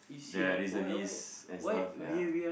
the reservist and stuff ya